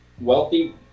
wealthy